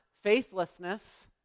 faithlessness